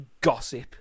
gossip